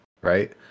right